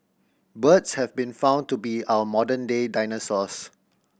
birds have been found to be our modern day dinosaurs